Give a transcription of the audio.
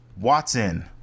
Watson